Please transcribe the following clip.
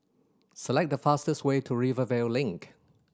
select the fastest way to Rivervale Link